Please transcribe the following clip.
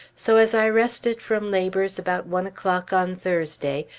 so as i rested from labors about one o'clock on thursday,